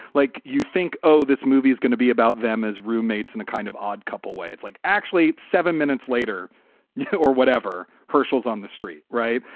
like you think, oh, this movie is going to be about them as roommates in a kind of odd couple way. it's like actually seven minutes later yeah or whatever. hershel's on the street. right?